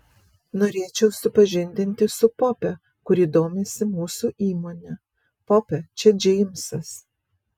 norėčiau supažindinti su pope kuri domisi mūsų įmone pope čia džeimsas